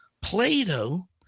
Plato